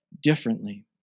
differently